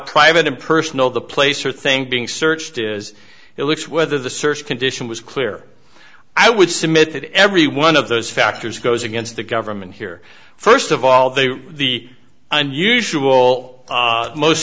private and personal the place or thing being searched is it looks whether the search condition was clear i would submit that every one of those factors goes against the government here first of all they were the unusual most